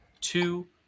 two